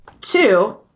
Two